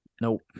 Nope